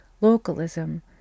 localism